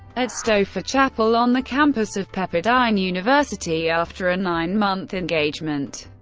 at stauffer chapel on the campus of pepperdine university after a nine-month engagement.